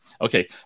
Okay